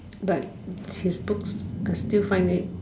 but his books I still find it